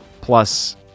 plus